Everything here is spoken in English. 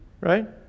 Right